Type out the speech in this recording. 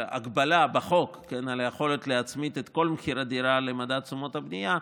של הגבלה בחוק של היכולת להצמיד את כל מחיר הדירה למדד תשומות הבנייה,